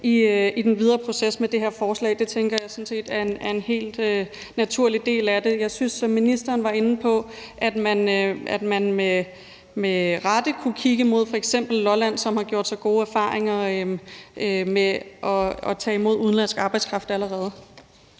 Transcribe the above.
i den videre proces med det her forslag. Det tænker jeg sådan set er en helt naturlig del af det. Jeg synes, som ministeren var inde på, at man med rette kunne kigge mod f.eks. Lolland, som allerede har gjort sig gode erfaringer med at tage imod udenlandsk arbejdskraft. Kl.